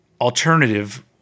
alternative